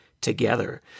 together